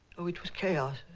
ah it was chaos.